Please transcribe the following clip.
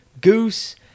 Goose